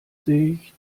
sich